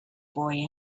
boy